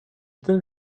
ten